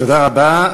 תודה רבה.